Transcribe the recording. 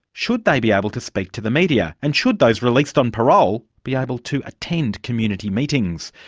should they be able to speak to the media? and should those released on parole be able to attend community meetings?